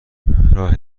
راه